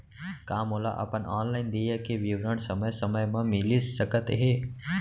का मोला अपन ऑनलाइन देय के विवरण समय समय म मिलिस सकत हे?